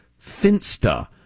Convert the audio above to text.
Finsta